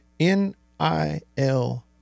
N-I-L